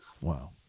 Wow